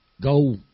go